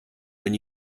when